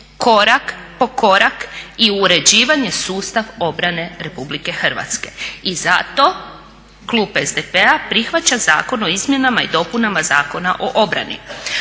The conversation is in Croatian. korak po korak i uređivanje sustava obrane RH. I zato klub SDP-a prihvaća Zakon o izmjenama i dopunama Zakona o obrani.